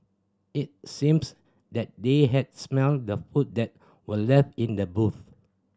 it seems that they had smelt the food that were left in the boot